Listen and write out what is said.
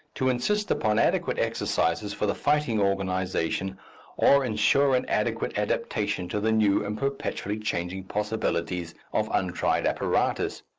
to insist upon adequate exercises for the fighting organization or ensure an adequate adaptation to the new and perpetually changing possibilities of untried apparatus.